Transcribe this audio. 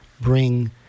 bring